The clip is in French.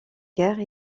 guerre